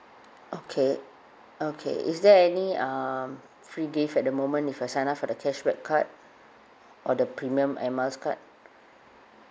okay okay is there any um free gift at the moment if I sign up for the cashback card or the premium air miles card